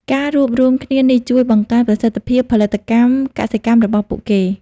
ការរួបរួមគ្នានេះជួយបង្កើនប្រសិទ្ធភាពផលិតកម្មកសិកម្មរបស់ពួកគេ។